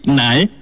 nine